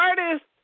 artist